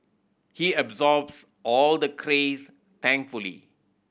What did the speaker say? he absorbs all the craze thankfully